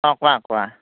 অঁ কোৱা কোৱা